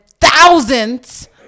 thousands